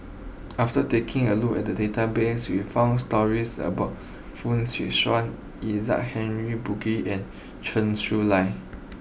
after taking a look at the database we found stories about Fong Swee Suan Isaac Henry Burkill and Chen Su Lan